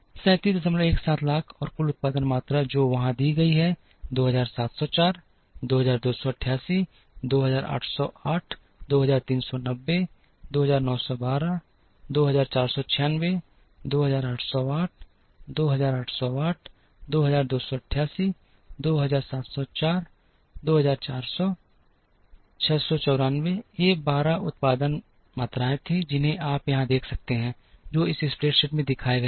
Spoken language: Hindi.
3317 लाख और कुल उत्पादन मात्रा जो वहां दी गई है 2704 2288 2808 2390 2912 2496 2808 2808 2288 2704 2400 694 ये 12 उत्पादन मात्राएं थीं जिन्हें आप यहां देख सकते हैं जो इस स्प्रेडशीट में दिखाए गए हैं